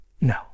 No